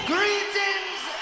Greetings